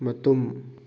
ꯃꯇꯨꯝ